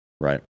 Right